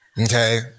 Okay